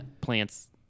plant's